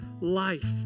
life